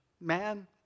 man